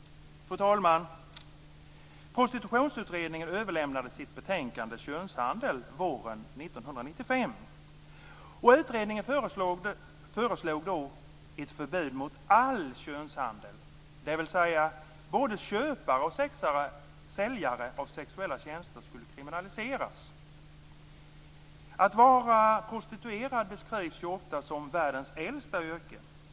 Fru talman! Prostitutionsutredningen överlämnade sitt betänkande Könshandel våren 1995. Utredningen föreslog ett förbud mot all könshandel, dvs. att både köpare och säljare av sexuella tjänster skulle kriminaliseras. Att vara prostituerad beskrivs ofta som "världens äldsta yrke".